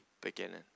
beginning